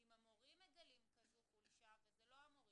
אם המורים מגלים כזו חולשה וזה לא המורים,